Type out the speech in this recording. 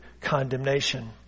condemnation